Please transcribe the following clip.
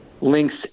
links